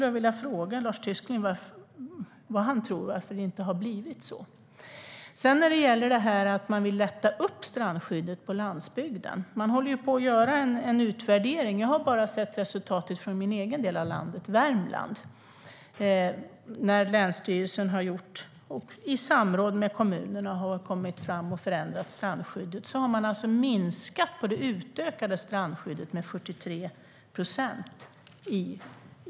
Jag vill fråga Lars Tysklind varför han tror att det inte har blivit så. Vad beträffar frågan om lättande av strandskyddet håller man på med en utvärdering. Jag har bara sett resultatet från min del av landet, Värmland. Där har länsstyrelsen i samråd med kommunerna ändrat strandskyddet och minskat det utökade strandskyddet i länet med 43 procent.